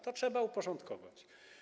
To trzeba uporządkować.